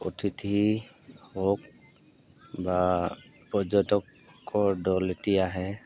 অতিথি হওক বা পৰ্যটকৰ দল এতিয়া আহে